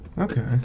okay